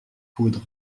poudre